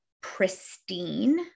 pristine